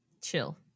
Chill